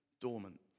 dormant